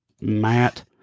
matt